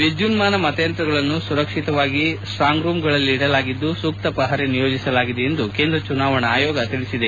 ವಿದ್ಯುನ್ಮಾನ ಮಂತಯಂತ್ರಗಳನ್ನು ಸುರಕ್ಷಿತವಾಗಿ ಸ್ಟಾಂಗ್ ರೂಂಗಳಲ್ಲಿ ಇಡಲಾಗಿದ್ದು ಸೂಕ್ತ ಪಹರೆ ನಿಯೋಜಿಸಲಾಗಿದೆ ಎಂದು ಕೇಂದ್ರ ಚುನಾವಣಾ ಆಯೋಗ ತಿಳಿಸಿದೆ